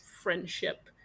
friendship